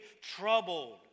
troubled